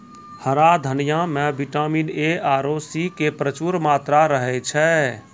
हरा धनिया मॅ विटामिन ए आरो सी के प्रचूर मात्रा रहै छै